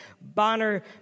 Bonner